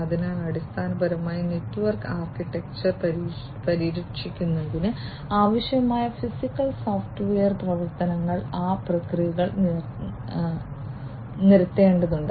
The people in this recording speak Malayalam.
അതിനാൽ അടിസ്ഥാനപരമായി നെറ്റ്വർക്ക് ആർക്കിടെക്ചർ പരിരക്ഷിക്കുന്നതിന് ആവശ്യമായ ഫിസിക്കൽ സോഫ്റ്റ്വെയർ പ്രവർത്തനങ്ങൾ ആ പ്രക്രിയകൾ നിരത്തേണ്ടതുണ്ട്